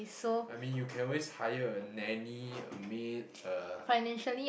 I mean you can always hire a nanny a maid a